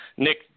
Nick